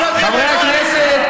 אנחנו הש"ג ואתם הגנרלים,